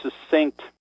succinct